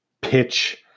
pitch